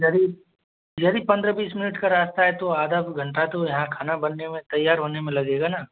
यदि यदि पंद्रह बीस मिनट का रास्ता है तो आधा घंटा तो यहाँ खाना बनने में तैयार होने में लगेगा ना